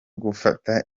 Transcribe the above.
gufata